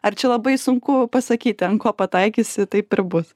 ar čia labai sunku pasakyti ant ko pataikysi taip ir bus